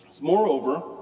Moreover